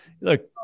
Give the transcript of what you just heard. Look